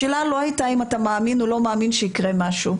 השאלה לא הייתה אם אתה מאמין או לא מאמין שיקרה משהו,